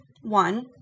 one